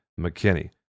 McKinney